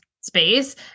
space